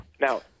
Now